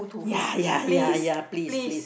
ya ya ya please please